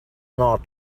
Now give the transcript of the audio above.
not